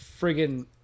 friggin